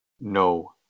no